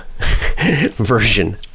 version